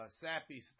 sappy